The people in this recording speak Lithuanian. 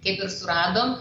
kaip ir suradom